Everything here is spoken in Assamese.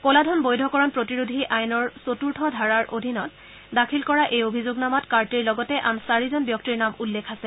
ক'লাধন বৈধকৰণ প্ৰতিৰোধী আইনৰ চতুৰ্থ ধাৰাৰ অধীনত দাখিল কৰা এই অভিযোগনামাত কাৰ্তিৰ লগতে আন চাৰিজন ব্যক্তিৰ নাম উল্লেখ আছে